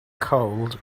cold